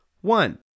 One